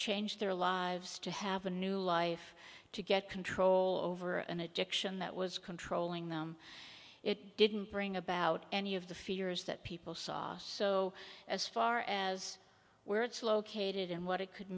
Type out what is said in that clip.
change their lives to have a new life to get control over an addiction that was controlling them it didn't bring about any of the fears that people saw so as far as where it's located and what it could